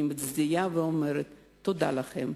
אני מצדיעה ואומרת: תודה לכם,